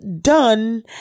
done